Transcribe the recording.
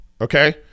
okay